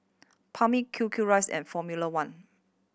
Palmer Q Q Rice and Formula One